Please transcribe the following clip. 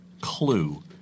clue